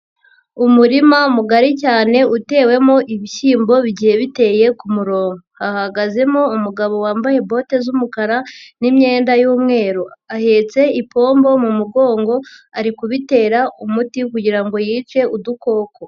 Umurima mugari cyane utewemo ibishyimbo bigiye biteye ku muronko, hahagazemo umugabo wambaye bote z'umukara n'imyenda y'umweru ahetse ipombo mu mugongo, ari kubitera umuti kugira ngo yice udukoko.